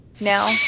now